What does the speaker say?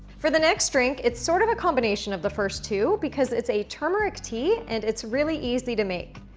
for the next drink, it's sort of a combination of the first two because it's a turmeric tea and it's really easy to make.